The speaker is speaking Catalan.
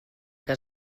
que